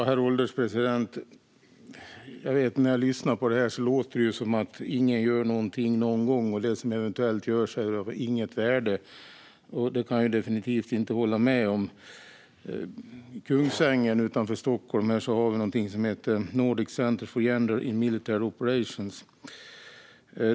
Herr ålderspresident! När jag lyssnar låter det som om ingen någonsin gör någonting och att det som eventuellt görs inte är av något värde. Det kan jag definitivt inte hålla med om. I Kungsängen utanför Stockholm har vi någonting som heter Nordic Centre for Gender in Military Operations.